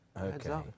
okay